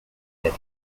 bed